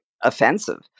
offensive